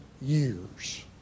years